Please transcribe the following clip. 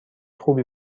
خوبی